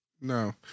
No